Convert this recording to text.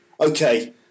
Okay